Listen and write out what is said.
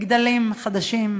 מגדלים חדשים.